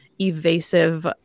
evasive